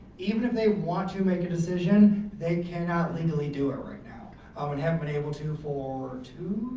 even if they want to make a decision, they cannot legally do it right now um and haven't been able to for two,